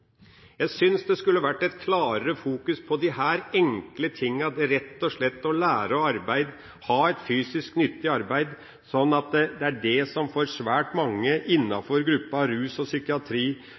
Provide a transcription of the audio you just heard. Jeg synes det skulle vært et klarere fokus på disse enkle tingene som rett og slett handler om å lære å arbeide, ha et fysisk, nyttig arbeid som vi har erfaringer med fungerer godt for svært mange innenfor gruppa rus og psykiatri,